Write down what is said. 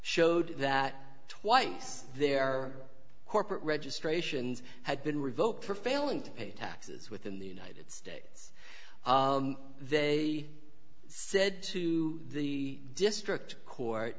showed that twice their corporate registrations had been revoked for failing to pay taxes within the united states they said to the district